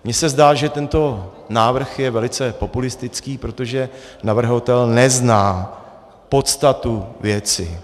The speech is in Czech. Mně se zdá, že tento návrh je velice populistický, protože navrhovatel nezná podstatu věci.